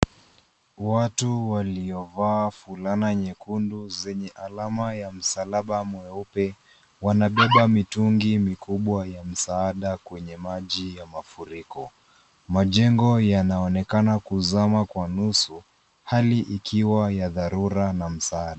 Watu waliovaa fulana nyekundu zenye alama ya msalaba mweupe, wanabeba mitungi mikubwa ya misaada kwenye maji ya mafuriko. Majengo yanaonekana kusama kwa nusu, hali ikiwa ya dharura na msaada.